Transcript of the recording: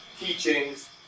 teachings